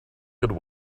good